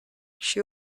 she